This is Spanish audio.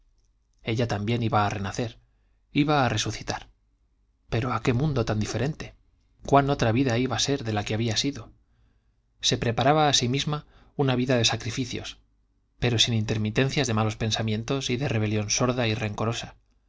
ella también iba a renacer iba a resucitar pero a qué mundo tan diferente cuán otra vida iba a ser de la que había sido se preparaba a sí misma una vida de sacrificios pero sin intermitencias de malos pensamientos y de rebelión sorda y rencorosa